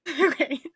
Okay